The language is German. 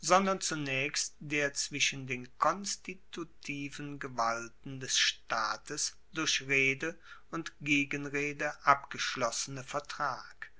sondern zunaechst der zwischen den konstitutiven gewalten des staates durch rede und gegenrede abgeschlossene vertrag